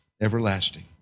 everlasting